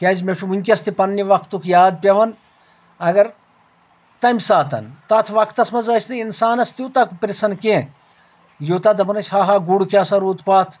کیٛازِ مےٚ چھُ ؤنکیٚس تہِ پننہِ وقتُک یاد پٮ۪وان اگر تمہِ ساتن تتھ وقتس منٛز ٲسۍ نہٕ انسانس تیوٗتاہ پرژھان کینٛہہ یوٗتاہ دپان ٲسۍ ہا ہا گُر کیٛاہ سا روٗد پتھ